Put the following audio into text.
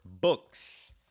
books